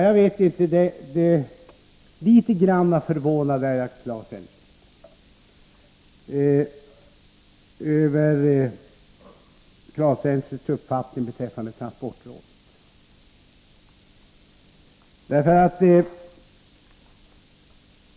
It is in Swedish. Jag är litet grand förvånad över Claes Elmstedts uppfattning om transportrådet.